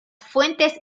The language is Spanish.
fuentes